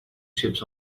chips